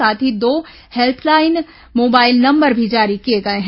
साथ ही दो हेल्पलाइन मोबाइल नंबर भी जारी किए गए हैं